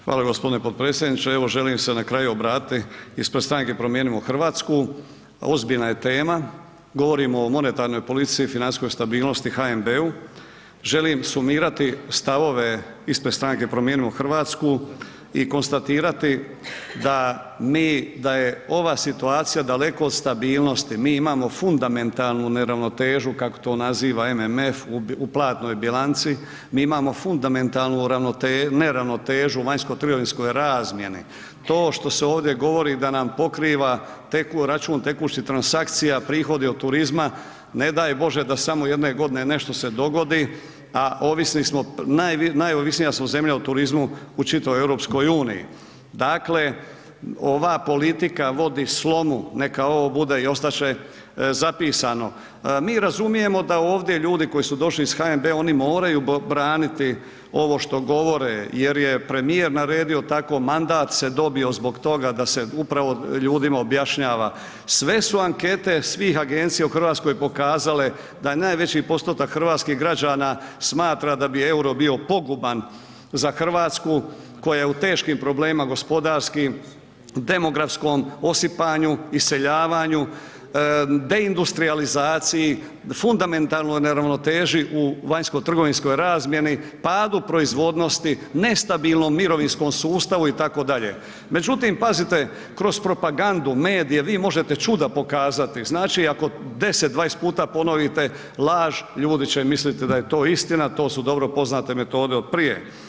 Hvala g. potpredsjedniče, evo želim se na kraju obratiti ispred Stranke Promijenimo Hrvatsku, ozbiljna je tema, govorimo o monetarnoj politici i financijskoj stabilnosti, HNB-u, želim sumirati stavove ispred Stranke Promijenimo Hrvatsku i konstatirati da mi, da je ova situacija daleko od stabilnosti, mi imamo fundamentalnu neravnotežu kako to naziva MMF u platnoj bilanci, mi imamo fundamentalnu neravnotežu u vanjsko trgovinskoj razmjeni, to što se ovdje govori da nam pokriva, teku, račun tekućih transakcija, prihodi od turizma, ne daj Bože da samo jedne godine nešto se dogodi, a ovisni smo, najovisnija smo zemlja o turizmu u čitavoj EU, dakle ova politika vodi slomu neka ovo bude i ostat će zapisano, mi razumijemo da ovdje ljudi koji su došli iz HNB-a oni moraju braniti ovo što govore jer je premijer naredio tako, mandat se dobije zbog toga da se upravo ljudima objašnjava, sve su ankete svih agencija u RH pokazale da najveći postotak hrvatskih građana smatra da bi EUR-o bio poguban za RH koja je u teškim problemima gospodarskim, demografskom osipanju, iseljavanju, deindustrijalizaciji, fundamentalnoj neravnoteži u vanjsko trgovinskoj razmjeni, padu proizvodnosti, nestabilnom mirovinskom sustavu itd., međutim pazite kroz propagandu, medije vi možete čuda pokazati, znači ako 10-20 puta ponovite laž, ljudi će misliti da je to istina, to su dobro poznate metode od prije.